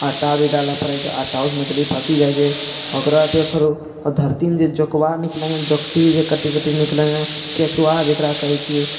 आटा भी डालऽ पड़ै छै आटामे मछली फसि जाइ छै ओकरा जे धरतीमे जे जोकबा निकलै छै जोकटी जे कटि कटि निकलै केञ्चुआ जकरा कहै छिए